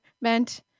meant